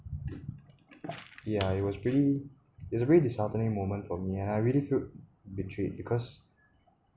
yeah it was really it's really disheartening moment for me and I really feel betrayed because